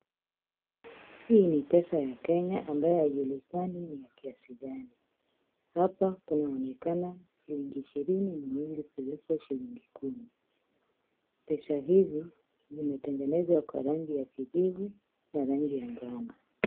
Hii ni pesa ya Kenya ambayo haijulikani ni ya kiasi gani. Hapa kunaonekana shilingi ishirini nyingi kuliko shilingi kumi. Pesa hizi zimetengenezwa kwa rangi ya kijivu na rangi ya njano.